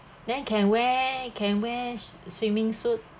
then can wear can wear swimming suit